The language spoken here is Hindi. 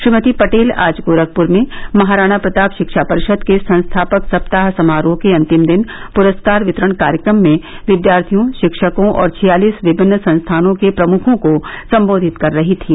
श्रीमती पटेल आज गोरखपुर में महाराणा प्रताप शिक्षा परिषद के संस्थापक सप्ताह समारोह के अंतिम दिन पुरस्कार वितरण कार्यक्रम में विद्यार्थियों रिक्षकों और छियालीस विभिन्न संस्थानों के प्रमुखों को संबोधित कर रही थीं